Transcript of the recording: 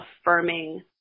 affirming